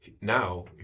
now